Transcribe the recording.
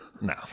No